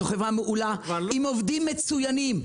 זאת חברה מעולה עם עובדים מצוינים,